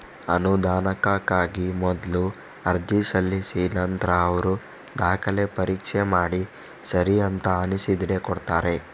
ಅನುದಾನಕ್ಕಾಗಿ ಮೊದ್ಲು ಅರ್ಜಿ ಸಲ್ಲಿಸಿ ನಂತ್ರ ಅವ್ರು ದಾಖಲೆ ಪರೀಕ್ಷೆ ಮಾಡಿ ಸರಿ ಅಂತ ಅನ್ಸಿದ್ರೆ ಕೊಡ್ತಾರೆ